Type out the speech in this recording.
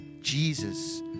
Jesus